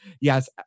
yes